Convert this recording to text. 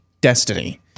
destiny